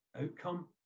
outcome